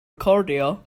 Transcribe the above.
recordio